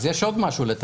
אז יש עוד משהו לטפל.